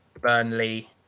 Burnley